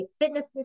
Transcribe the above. fitness